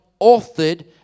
authored